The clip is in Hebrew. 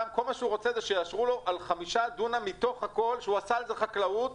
על חמישה דונם מתוך הכול שהוא עשה חקלאות,